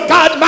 God